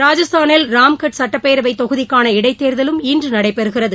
ராஜஸ்தானில் ராம்கட் சட்டப்பேரவை தொகுதிக்கான இடைத்தோ்தலும் இன்று நடைபெறுகிறது